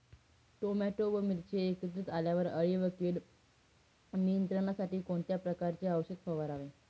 Tomato व मिरची एकत्रित लावल्यावर अळी व कीड नियंत्रणासाठी कोणत्या प्रकारचे औषध फवारावे?